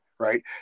right